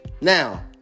Now